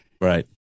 Right